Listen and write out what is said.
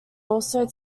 also